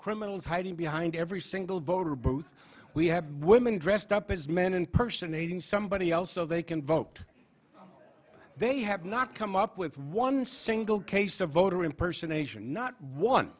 criminals hiding behind every single voter both we have women dressed up as men and personating somebody else so they can vote they have not come up with one single case of voter impersonator not one